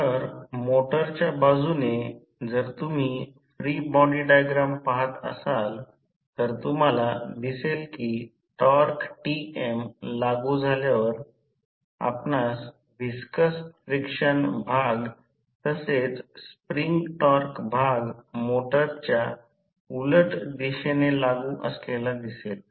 तर मोटारच्या बाजूने जर तुम्ही फ्री बॉडी डायग्राम पाहत असाल तर तुम्हाला दिसेल की टॉर्क Tm लागू झाल्यावर आपणास व्हिस्कस फ्रिक्शन भाग तसेच स्प्रिंग टॉर्क भाग मोटर टॉर्कच्या उलट दिशेने लागू असलेला दिसेल